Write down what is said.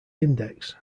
index